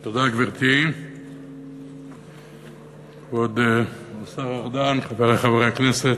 גברתי, תודה, כבוד השר ארדן, חברי חברי הכנסת,